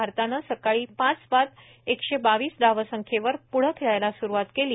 भारतानं सकाळी पाच बाद एकशे बावीस धावसंख्येवर प्ढं खेळायला सुरूवात केली